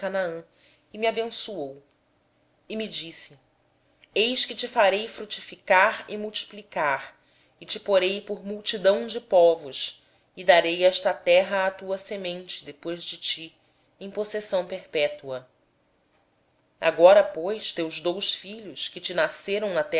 e me abençoou e me disse eis que te farei frutificar e te multiplicarei tornar te ei uma multidão de povos e darei esta terra à tua descendência depois de ti em possessão perpétua agora pois os teus dois filhos que nasceram